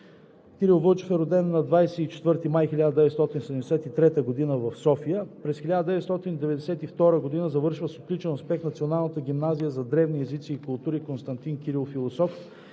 Кирил Вълчев е роден на 24 май 1973 г. в София. През 1992 г. завършва с отличен успех Националната гимназия за древни езици и култури „Константин Кирил Философ“,